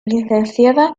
licenciada